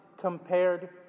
compared